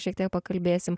šiek tiek pakalbėsim